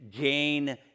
gain